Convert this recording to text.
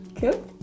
Cool